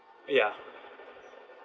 ya